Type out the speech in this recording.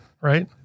Right